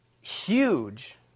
huge